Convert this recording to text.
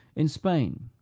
in spain,